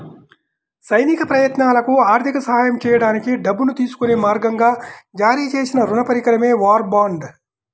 సైనిక ప్రయత్నాలకు ఆర్థిక సహాయం చేయడానికి డబ్బును తీసుకునే మార్గంగా జారీ చేసిన రుణ పరికరమే వార్ బాండ్